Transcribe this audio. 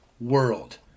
world